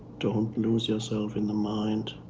don't lose yourself in the mind.